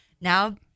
now